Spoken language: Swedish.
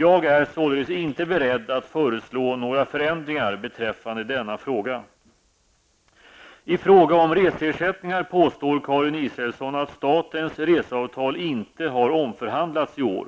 Jag är således inte beredd att föreslå några förändringar beträffande denna fråga. I fråga om reseersättningar påstår Karin Israelsson att statens reseavtal inte har omförhandlats i år.